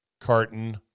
Carton